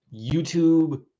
YouTube